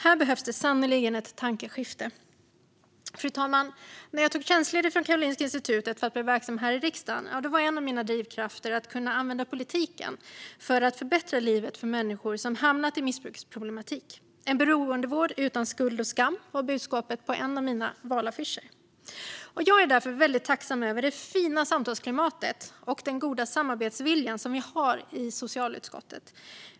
Här behövs det sannerligen ett tankeskifte. Fru talman! När jag tog tjänstledigt från Karolinska institutet för att bli verksam här i riksdagen var en av mina drivkrafter att kunna använda politiken för att förbättra livet för människor som hamnat i en missbruksproblematik. En beroendevård utan skuld och skam var budskapet på en av mina valaffischer. Jag är därför väldigt tacksam över det fina samtalsklimatet och den goda samarbetsvilja som vi har i socialutskottet.